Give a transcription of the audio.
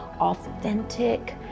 authentic